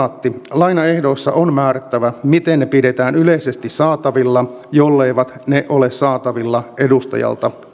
lainaehdoissa on määrättävä miten ne pidetään yleisesti saatavilla jolleivät ne ole saatavilla edustajalta